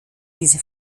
diese